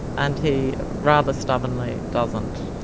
and he rather stubbornly doesn't.